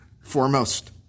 foremost